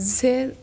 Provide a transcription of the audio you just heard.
जिसे